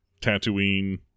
Tatooine